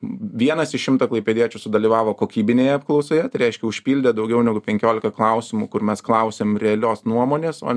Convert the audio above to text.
vienas iš šimto klaipėdiečių sudalyvavo kokybinėje apklausoje reiškia užpildė daugiau negu penkiolika klausimų kur mes klausėm realios nuomonės o